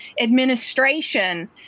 administration